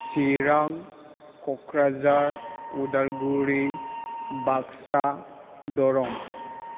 Chirang Kokrajhar Udalguri Baksa Darrang